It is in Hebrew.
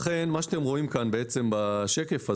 לכן מה שאתם רואים כאן בשקף הזה,